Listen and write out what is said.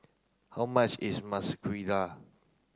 how much is